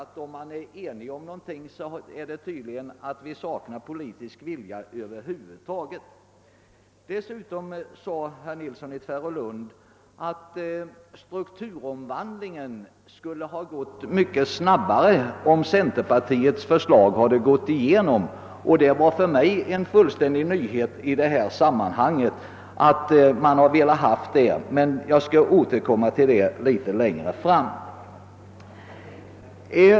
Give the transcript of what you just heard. Men är man enig om någonting saknas väl politisk vilja över huvud taget? Vidare yttrade herr Nilsson i Tvärålund att strukturomvandlingen skulle ha gått mycket snabbare om centerpartiets förslag hade bifallits, vilket var en fullständig nyhet för mig. Jag skall emellertid återkomma härtill lite längre fram.